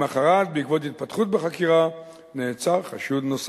למחרת, בעקבות התפתחות בחקירה, נעצר חשוד נוסף.